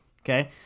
Okay